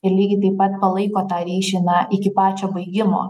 lygiai taip pat palaiko tą ryšį na iki pačio baigimo